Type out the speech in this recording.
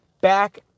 back